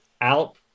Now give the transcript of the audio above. out